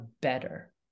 better